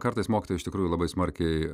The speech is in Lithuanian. kartais mokytojai iš tikrųjų labai smarkiai